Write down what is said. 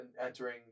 entering